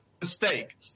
mistake